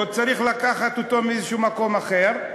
צריך לקחת אותו ממקום אחר,